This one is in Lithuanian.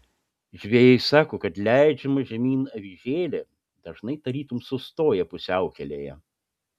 žvejai sako kad leidžiama žemyn avižėlė dažnai tarytum sustoja pusiaukelėje